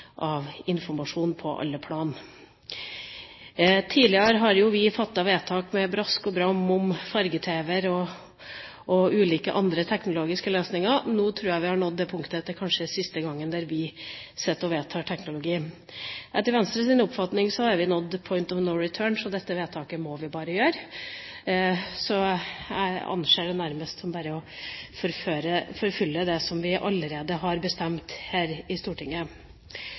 av informasjon på alle plan. Tidligere har vi jo fattet vedtak med brask og bram om farge-tv og ulike andre teknologiske løsninger, men nå tror jeg vi har nådd det punktet hvor det er siste gang vi vedtar teknologi. Etter Venstres oppfatning har vi nådd «point of no return», så dette vedtaket må vi bare gjøre. Jeg anser det nærmest som bare å fullføre det vi allerede har bestemt her i Stortinget.